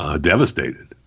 devastated